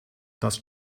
das